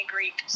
Greek